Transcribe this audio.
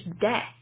death